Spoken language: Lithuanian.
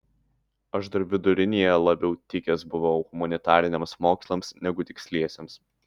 aš dar vidurinėje labiau tikęs buvau humanitariniams mokslams negu tiksliesiems